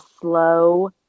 slow